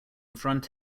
front